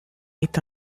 est